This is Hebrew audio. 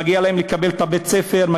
מגיע להם לקבל בית-ספר,